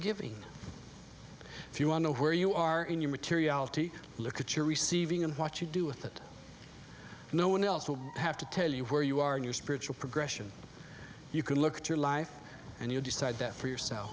giving if you will know where you are in your materiality look at your receiving and watch you do with it no one else will have to tell you where you are in your spiritual progression you can look to your life and you decide that for yourself